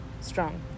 strong